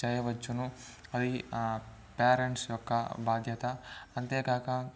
చేయవచ్చును అది పేరెంట్స్ యొక్క బాధ్యత అంతేకాక